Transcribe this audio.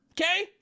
Okay